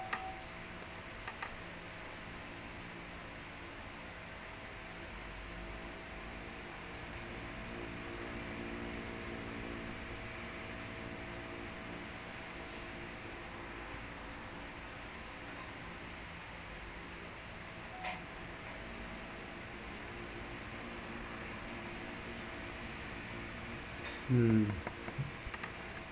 mm